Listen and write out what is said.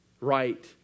right